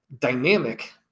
dynamic